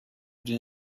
den